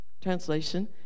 Translation